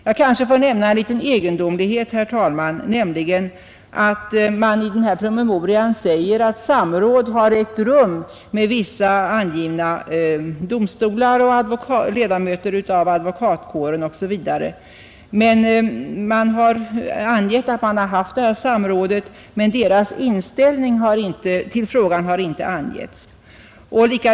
Jag kanske får nämna en liten egendomlighet, herr talman, nämligen att man i denna promemoria säger att samråd har ägt rum med vissa angivna domstolar, enskilda ledamöter av advokatkåren osv., men deras inställning till frågan har inte angivits.